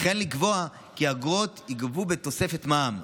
וכן לקבוע כי האגרות ייגבו בתוספת מע"מ.